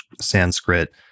Sanskrit